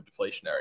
deflationary